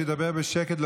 שידבר בשקט.